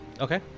Okay